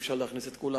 אי-אפשר להכניס את כולם.